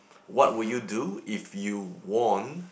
what would you do if you won